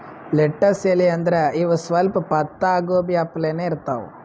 lettuce ಎಲಿ ಅಂದ್ರ ಇವ್ ಸ್ವಲ್ಪ್ ಪತ್ತಾಗೋಬಿ ಅಪ್ಲೆನೇ ಇರ್ತವ್